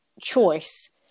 choice